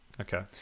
okay